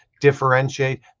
differentiate